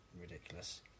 ridiculous